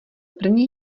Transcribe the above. první